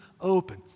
open